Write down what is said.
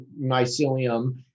mycelium